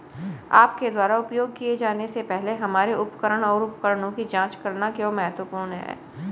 आपके द्वारा उपयोग किए जाने से पहले हमारे उपकरण और उपकरणों की जांच करना क्यों महत्वपूर्ण है?